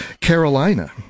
Carolina